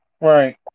Right